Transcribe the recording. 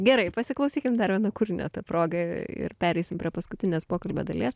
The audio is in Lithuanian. gerai pasiklausykim dar vieno kūrinio ta proga ir pereisim prie paskutinės pokalbio dalies